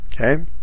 Okay